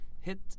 hit